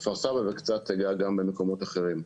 כפר סבא וקצת אגע גם במקומות אחרים.